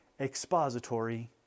expository